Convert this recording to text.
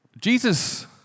Jesus